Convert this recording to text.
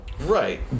Right